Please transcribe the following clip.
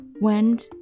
went